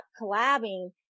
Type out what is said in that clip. collabing